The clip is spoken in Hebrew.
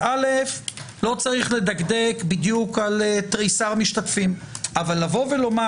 אז ראשית לא צריך לדקדק בדיוק על תריסר משתתפים אבל לומר,